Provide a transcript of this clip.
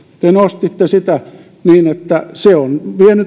te nostitte sitä niin että on vienyt viljelijöiltä oman tietyn